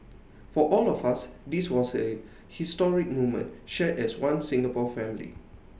for all of us this was A historic moment shared as One Singapore family